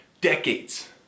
decades